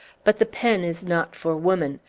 but the pen is not for woman.